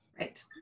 Right